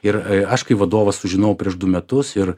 ir aš kaip vadovas sužinojau prieš du metus ir